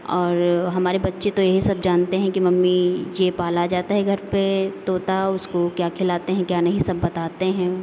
और हमारे बच्चे तो यही सब जानते हैं कि मम्मी ये पाला जाता है घर पे तोता उसको क्या खिलाते हैं क्या नहीं सब बताते हैं